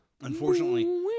Unfortunately